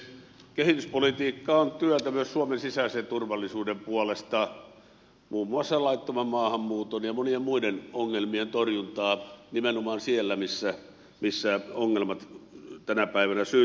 kehityspolitiikka on työtä myös suomen sisäisen turvallisuuden puolesta muun muassa laittoman maahanmuuton ja mo nien muiden ongelmien torjuntaa nimenomaan siellä missä ongelmat tänä päivänä syntyvät